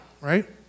right